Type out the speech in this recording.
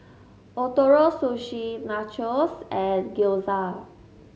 Ootoro Sushi Nachos and Gyoza